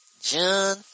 John